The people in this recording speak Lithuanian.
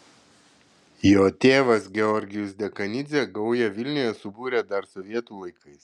jo tėvas georgijus dekanidzė gaują vilniuje subūrė dar sovietų laikais